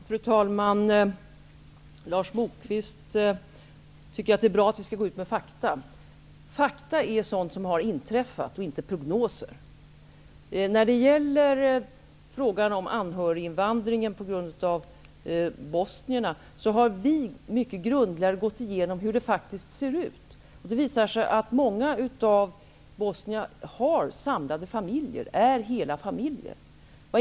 Fru talman! Lars Moquist tycker att det är bra att vi skall gå ut med fakta. Fakta är sådant som har inträffat, inte prognoser. När det gäller frågan om anhöriginvandring och bosnierna, har vi på ett mer grundligt sätt gått igenom hur situationen faktiskt ser ut. Det har visat sig att många av de bosnier som befinner sig här finns i samlade familjer.